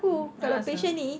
mm a'ah sia